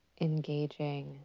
engaging